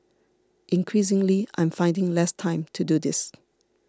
increasingly I am finding less time to do this